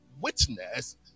witness